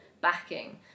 backing